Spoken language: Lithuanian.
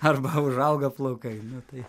arba užauga plaukai nu tai